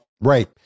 Right